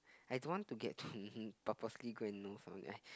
I don't want to get purposely go and know someone